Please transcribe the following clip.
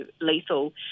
lethal